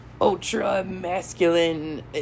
ultra-masculine